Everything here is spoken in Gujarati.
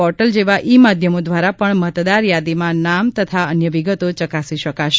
પોર્ટલ જેવા ઇ માધ્યમો દ્વારા પણ મતદાર યાદીમાં નામ તથા અન્ય વિગતો ચકાસી શકાશે